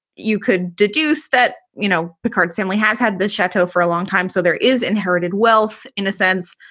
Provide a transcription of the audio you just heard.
you could deduce that, you know, the card simply has had this chateau for a long time, so there is inherited wealth in a sense,